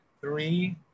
three